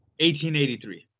1883